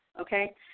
okay